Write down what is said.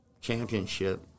championship